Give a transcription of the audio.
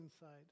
inside